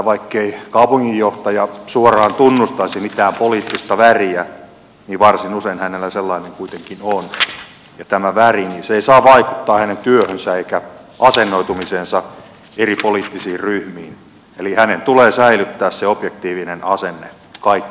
vaikkei kaupunginjohtaja suoraan tunnustaisi mitään poliittista väriä niin varsin usein hänellä sellainen kuitenkin on ja tämä väri ei saa vaikuttaa hänen työhönsä eikä asennoitumiseensa eri poliittisiin ryhmiin eli hänen tulee säilyttää se objektiivinen asenne kaikkia kohtaan